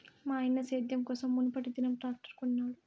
మాయన్న సేద్యం కోసం మునుపటిదినం ట్రాక్టర్ కొనినాడు